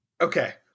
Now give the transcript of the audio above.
Okay